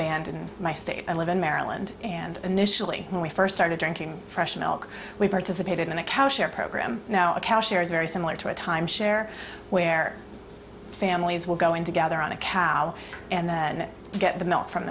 banned in my state i live in maryland and initially when we first started drinking fresh milk we participated in a cow share program now a cashier is very similar to a timeshare where families will go in together on a cow and then get the milk from